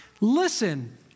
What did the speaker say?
Listen